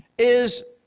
is